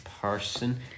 person